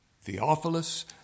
Theophilus